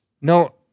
no